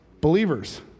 believers